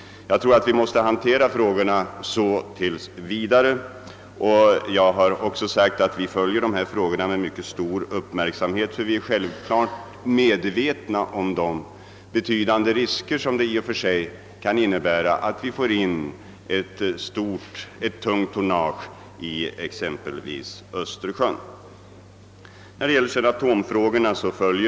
Frågorna måste hanteras på detta sätt tills vidare. Jag har också framhållit att vi följer dessa frågor med stor uppmärksamhet, ty vi är självfallet medvetna om de betydande risker som det i och för sig kan innebära att få in tungt tonnage i exempelvis Östersjön.